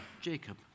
Jacob